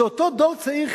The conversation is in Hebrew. אותו דור צעיר,